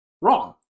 wrong